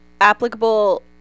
applicable